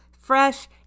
fresh